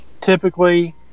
typically